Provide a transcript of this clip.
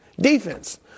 Defense